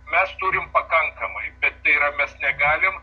mes turim pakankamai bet tai yra mes negalim